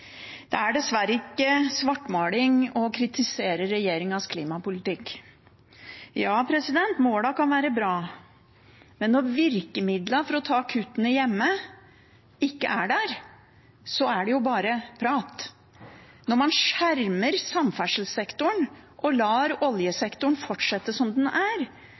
Det er dessverre ikke svartmaling å kritisere regjeringens klimapolitikk. Målene kan være bra, men når virkemidlene for å ta kuttene hjemme ikke er der, er det jo bare prat. Når man skjermer samferdselssektoren og lar oljesektoren fortsette som den er